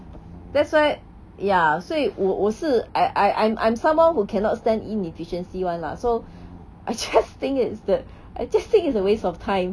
that's why ya 所以我我是 I I I am I am someone who cannot stand inefficiency [one] lah so I just think is that I just think is a waste of time